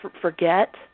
forget